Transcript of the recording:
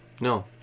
No